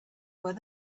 where